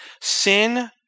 Sin